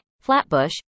Flatbush